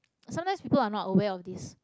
sometimes people are not aware of this